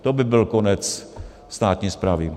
To by byl konec státní správy.